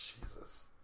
Jesus